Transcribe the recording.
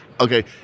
okay